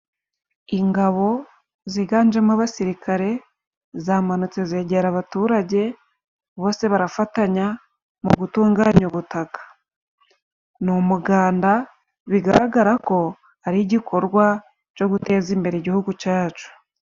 Ingabo ziganjemo abasirikare, zamanutse zegera abaturage bose barafatanya mu gutunganya ubutaka. Ni umuganda bigaragara ko ari igikorwa co guteza imbere Igihugu cacu.